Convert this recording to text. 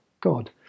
God